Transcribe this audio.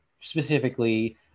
specifically